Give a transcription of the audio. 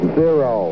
zero